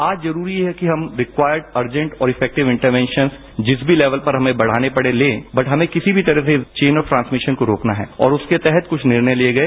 आज जरूरी है कि हम रिक्वायर्ड अर्जेंट इफ़ोक्टिव इंटरवेंशन जिस भी लेबल पर हमें बढ़ाने पड़े ले बट हमें किसी भी तरह से चेन ऑफ ट्रांसभिशन को रोकना है और उसके तहत कुछ निर्णय लिए गए